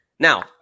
Now